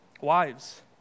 Wives